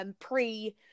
pre